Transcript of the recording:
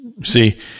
See